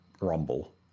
Rumble